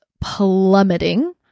plummeting